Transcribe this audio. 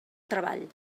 treball